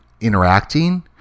interacting